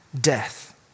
death